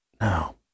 No